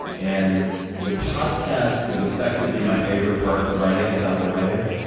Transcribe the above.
and the podcast is effectively my favorite part of writing, without the writing.